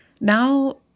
Now